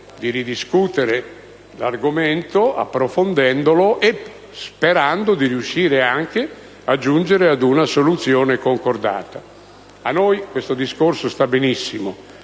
di ridiscutere l'argomento, approfondendolo e sperando di riuscire anche a giungere ad una soluzione concordata. A noi questa proposta va benissimo,